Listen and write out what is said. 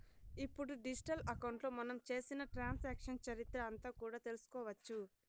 ఇప్పుడు డిజిటల్ అకౌంట్లో మనం చేసిన ట్రాన్సాక్షన్స్ చరిత్ర అంతా కూడా తెలుసుకోవచ్చు